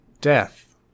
death